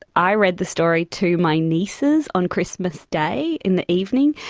i read the story to my nieces on christmas day in the evening,